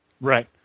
Right